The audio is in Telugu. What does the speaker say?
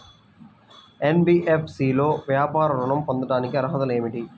ఎన్.బీ.ఎఫ్.సి లో వ్యాపార ఋణం పొందటానికి అర్హతలు ఏమిటీ?